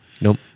Nope